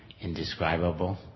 indescribable